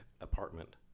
apartment